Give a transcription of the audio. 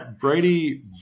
brady